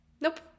Nope